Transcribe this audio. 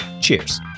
Cheers